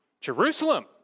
Jerusalem